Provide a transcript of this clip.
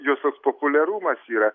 jos toks populiarumas yra